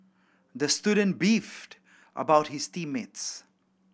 the student beefed about his team mates